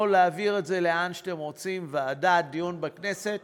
או להעביר לאן שאתם רוצים, ועדה, דיון בכנסת.